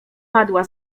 padła